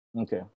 Okay